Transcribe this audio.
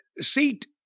seat